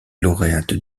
lauréate